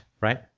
right